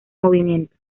movimiento